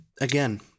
Again